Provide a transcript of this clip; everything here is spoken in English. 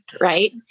Right